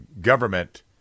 government